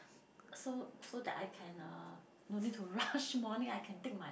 so so that I can uh no need to rush morning I can take my